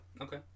Okay